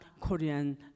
Korean